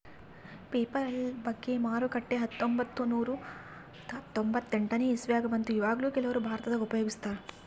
PayPal ಬಗ್ಗೆ ಮಾರುಕಟ್ಟೆಗ ಹತ್ತೊಂಭತ್ತು ನೂರ ತೊಂಬತ್ತೆಂಟನೇ ಇಸವಿಗ ಬಂತು ಈವಗ್ಲೂ ಕೆಲವರು ಭಾರತದಗ ಉಪಯೋಗಿಸ್ತರಾ